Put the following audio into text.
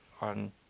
on